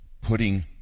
putting